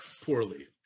Poorly